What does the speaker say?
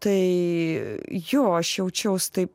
tai jo aš jaučiaus taip